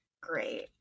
great